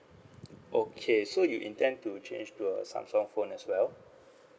okay so you intend to change to a samsung phone as well